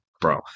bro